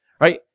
Right